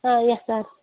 آ یَس سَر